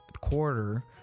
quarter